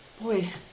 Boy